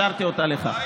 השארתי אותה לך.